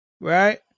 Right